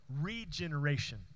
Regeneration